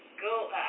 go